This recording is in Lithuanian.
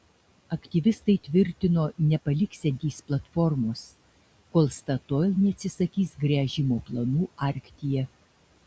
aktyvistai tvirtino nepaliksiantys platformos kol statoil neatsisakys gręžimo planų arktyje